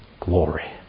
Glory